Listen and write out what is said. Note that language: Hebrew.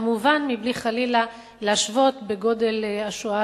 כמובן בלי חלילה להשוות את גודל השואה